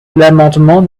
l’amendement